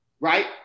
right